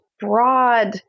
broad